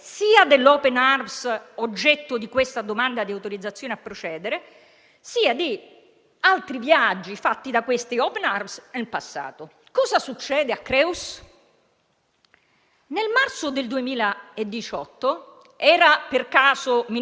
Ebbene, Open Arms, con il comandante Creus, fa il solito giochino di chiedere con insistenza di arrivare in Italia; sbarca in Italia e scatta un processo a suo carico per reati gravissimi.